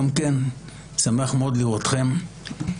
אני שמח מאוד לראותכם.